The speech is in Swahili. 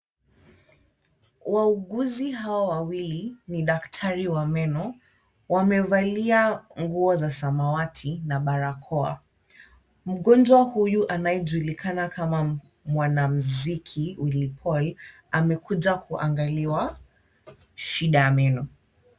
Waauguzi hao wawili ni daktari wa meno, wamevalia nguo za samawati na barakoa. Mgonjwa huyu anayejulikana kama mwanamziki Willy Paul, amekuja kuangaliwa shida ya meno.